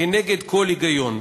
כנגד כל היגיון,